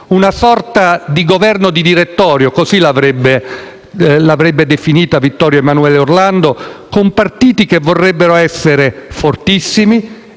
una sorta di Governo di direttorio - così l'avrebbe definito Vittorio Emanuele Orlando - con partiti che vorrebbero essere fortissimi